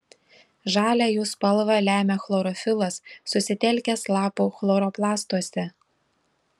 žalią jų spalvą lemia chlorofilas susitelkęs lapų chloroplastuose